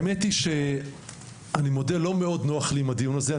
שהאמת היא שלא מאוד נוח לי עם הדיון הזה.